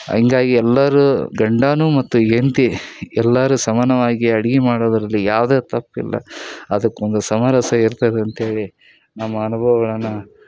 ಹಂಗಾಗ್ ಎಲ್ಲರೂ ಗಂಡಾನು ಮತ್ತು ಹೆಂಡ್ತಿ ಎಲ್ಲರೂ ಸಮಾನವಾಗಿ ಅಡ್ಗೆ ಮಾಡೋದರಲ್ಲಿ ಯಾವುದೇ ತಪ್ಪಿಲ್ಲ ಅದಕ್ಕೊಂದು ಸಮರಸ ಇರ್ತದೆ ಅಂತೇಳಿ ನಮ್ಮ ಅನುಭವಗಳನ್ನು